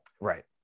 Right